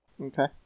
Okay